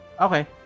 Okay